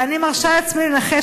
ואני מרשה לעצמי לנחש,